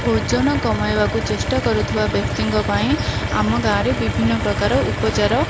ଓଜନ କମାଇବାକୁ ଚେଷ୍ଟା କରୁଥିବା ବ୍ୟକ୍ତିଙ୍କ ପାଇଁ ଆମ ଗାଁରେ ବିଭିନ୍ନ ପ୍ରକାର ଉପଚାର